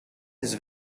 his